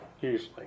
usually